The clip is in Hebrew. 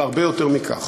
אבל בינתיים